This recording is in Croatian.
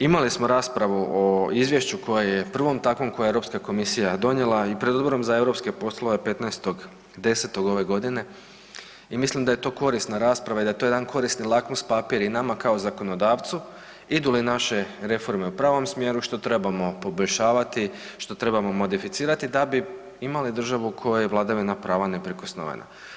Imali smo raspravu o izvješću koje je prvom takvom koja je EU komisija donijela, i pred Odborom za EU poslove 15.10. ove godine i mislim da je to korisna rasprava i da je to jedan korisni lakmus papir i nama kao zakonodavcu, idu li naše reforme u pravom smjeru, što trebamo poboljšavati, što trebamo modificirati, da bi imali državu u kojoj je vladavina prava neprikosnovena.